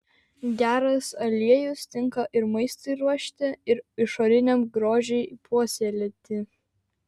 geras aliejus tinka ir maistui ruošti ir išoriniam grožiui puoselėti